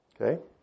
Okay